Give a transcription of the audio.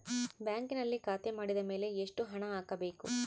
ಬ್ಯಾಂಕಿನಲ್ಲಿ ಖಾತೆ ಮಾಡಿದ ಮೇಲೆ ಎಷ್ಟು ಹಣ ಹಾಕಬೇಕು?